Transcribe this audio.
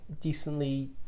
decently